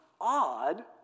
odd